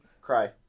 Cry